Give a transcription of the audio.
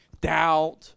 doubt